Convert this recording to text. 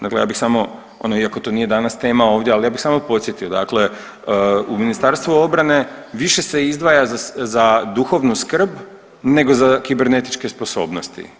Dakle, ja bih samo ono iako to nije danas tema ovdje, ali ja bih samo podsjetio, dakle u Ministarstvu obrane više se izdvaja za duhovnu skrb nego za kibernetičke sposobnosti.